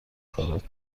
کارات